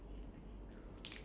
when she got classes